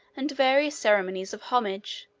and various ceremonies of homage,